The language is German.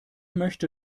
möchte